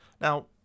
Now